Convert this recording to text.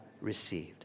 received